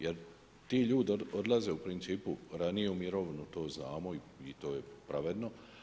Jer ti ljudi odlaze u principu ranije u mirovinu to znamo i to je pravedno.